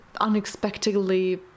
unexpectedly